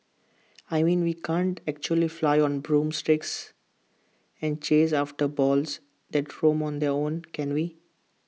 I mean we can't actually fly on broomsticks and chase after balls that roam on their own can we